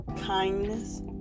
kindness